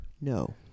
No